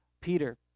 Peter